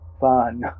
fun